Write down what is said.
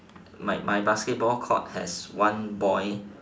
my my basketball court has one boy